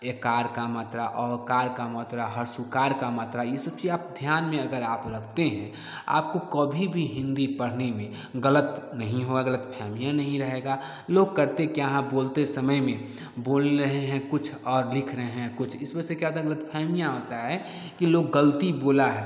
एकार का मात्रा औकार का मात्रा हर सुकार का मात्रा ये सब चीज़ें आप ध्यान में अगर आप रखते हैं आपको कभी भी हिन्दी पढ़ने में ग़लती नहीं होगी ग़लतफ़हमियाँ नहीं रहेंगी लोग करते क्या हैं बोलते समय में बोल रहे हैं कुछ और लिख रहे हैं कुछ इस वजह से क्या होता ग़लतफ़हमियाँ होती हैं कि लोग ग़लत बोले हैं